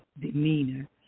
demeanor